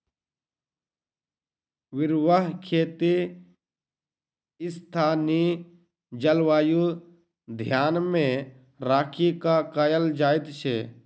निर्वाह खेती स्थानीय जलवायु के ध्यान मे राखि क कयल जाइत छै